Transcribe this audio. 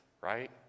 right